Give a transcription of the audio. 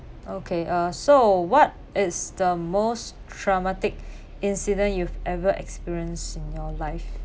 okay uh so what is the most traumatic incident you've ever experienced in your life